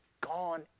gone